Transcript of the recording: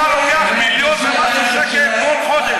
ואתה מרוויח מיליון ומשהו שקל כל חודש.